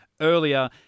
Earlier